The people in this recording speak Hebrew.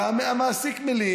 המעסיק מלין,